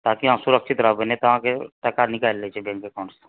ताकि आहाँ सुरक्षित रहबै नहि तऽ आहाँके टाका निकालि लै छै बैंक एकाउंट सँ